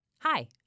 Hi